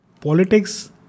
Politics